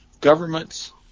governments